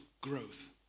growth